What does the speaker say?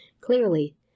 Clearly